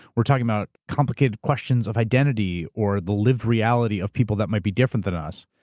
we're talking about complicated questions of identity or the lived reality of people that might be different than us.